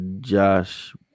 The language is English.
Josh